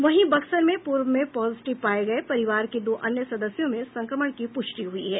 वहीं बक्सर में पूर्व में पॉजिटिव पाये गये परिवार के दो अन्य सदस्यों में संक्रमण की पुष्टि हुई है